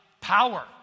power